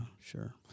sure